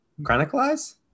chronicleize